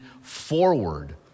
forward